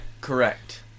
Correct